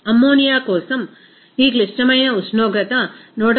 ammonia కోసం ఈ క్లిష్టమైన ఉష్ణోగ్రత 132